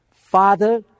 Father